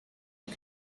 and